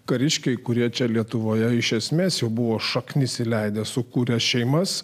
kariškiai kurie čia lietuvoje iš esmės jau buvo šaknis įleidę sukūrę šeimas